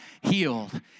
healed